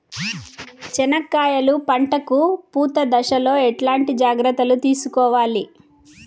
చెనక్కాయలు పంట కు పూత దశలో ఎట్లాంటి జాగ్రత్తలు తీసుకోవాలి?